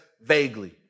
vaguely